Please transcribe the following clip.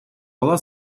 была